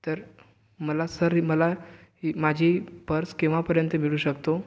तर मला सर मला ही माझी पर्स केव्हापर्यंत मिळू शकतो